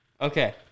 Okay